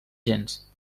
gens